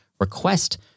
request